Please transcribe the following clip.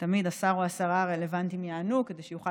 שהשרה או השר הרלוונטיים יענו כדי שיוכל